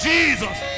Jesus